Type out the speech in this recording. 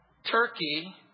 Turkey